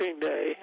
Day